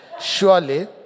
surely